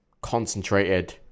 concentrated